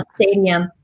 Stadium